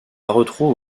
retrouve